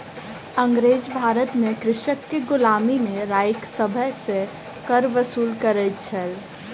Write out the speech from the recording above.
अँगरेज भारत में कृषक के गुलामी में राइख सभ सॅ कर वसूल करै छल